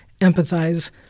empathize